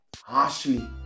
harshly